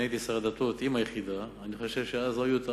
כשאני הייתי שר הדתות עם היחידה,